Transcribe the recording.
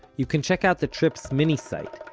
you can check out the trip's mini-site,